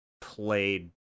played